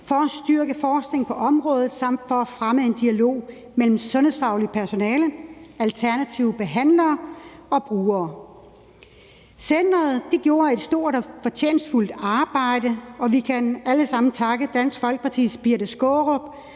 for at styrke forskningen på området samt for at fremme en dialog mellem sundhedsfagligt personale, alternative behandlere og brugere. Centeret gjorde et stort og fortjenstfuldt arbejde, og vi kan alle sammen takke Dansk Folkepartis Birthe Skaarup